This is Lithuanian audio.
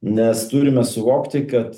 nes turime suvokti kad